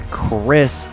chris